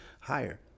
higher